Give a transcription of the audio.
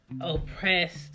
oppressed